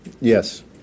Yes